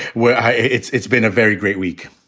well, it's it's been a very great week.